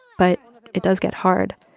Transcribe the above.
but it does get hard.